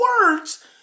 words